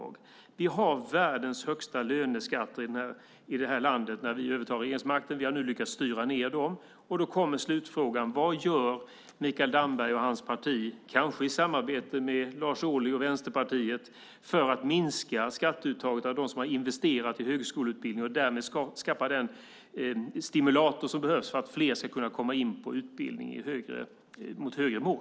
När vi övertog regeringsmakten var det världens högsta löneskatter i det här landet. Nu har vi lyckats styra ned dessa. Slutfrågan blir: Vad gör Mikael Damberg och hans parti, kanske i samarbete med Lars Ohly och Vänsterpartiet, för att minska skatteuttaget när det gäller dem som har investerat i en högskoleutbildning och när det gäller den stimulator som skapats och som behövs för att fler ska kunna komma in på en utbildning mot högre mål?